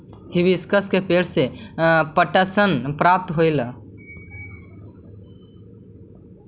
hibiscus के पेंड़ से पटसन प्राप्त होव हई